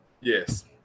Yes